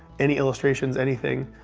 any illustrations, anything.